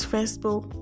Facebook